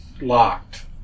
locked